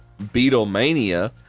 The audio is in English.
Beatlemania